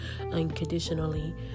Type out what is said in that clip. unconditionally